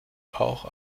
auch